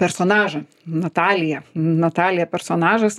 personažą nataliją natalija personažas